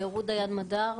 רות דיין מדר,